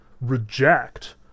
reject